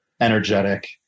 energetic